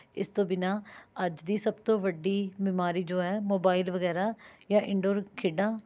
ਇਸ ਤੋਂ ਬਿਨਾਂ ਅੱਜ ਦੀ ਸਭ ਤੋਂ ਵੱਡੀ ਬਿਮਾਰੀ ਜੋ ਹੈ ਮੋਬਾਈਲ ਵਗੈਰਾ ਜਾਂ ਇਨਡੋਰ ਖੇਡਾਂ